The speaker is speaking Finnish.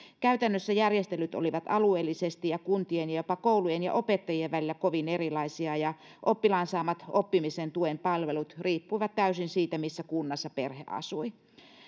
käytännössä järjestelyt olivat alueellisesti ja kuntien ja jopa koulujen ja opettajien välillä kovin erilaisia ja oppilaan saamat oppimisen tuen palvelut riippuivat täysin siitä missä kunnassa perhe asui